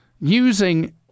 using